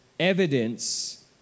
evidence